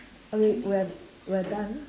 okay we are we are done